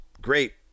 great